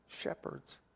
shepherds